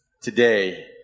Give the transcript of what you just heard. today